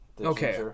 Okay